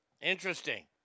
Interesting